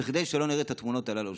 כדי שלא נראה את התמונות האלה שוב.